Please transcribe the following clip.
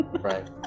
Right